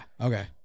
okay